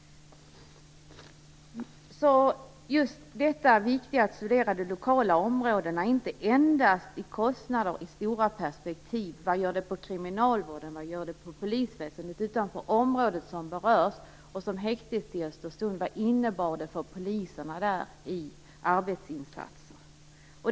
Det är viktigt att studera de lokala områdena och inte endast kostnaderna i det stora perspektivet. Man kan inte bara ta reda på vad det innebär för kriminalvården och för polisväsendet, utan man måste även titta på de andra områden som berörs. Vad innebar det för poliserna i Östersund och deras arbetsinsatser när häktet lades ned?